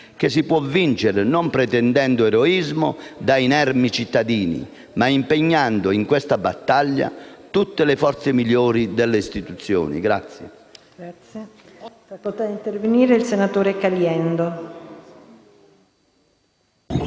«si può vincere non pretendendo eroismo da inermi cittadini, ma impegnando in questa battaglia tutte le forze migliori delle istituzioni».